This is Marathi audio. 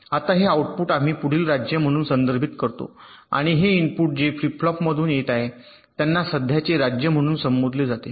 आता हे आउटपुट आम्ही पुढील राज्य म्हणून संदर्भित करतो आणि हे इनपुट जे फ्लिप फ्लॉपमधून येत आहेत त्यांना सध्याचे राज्य म्हणून संबोधले जाते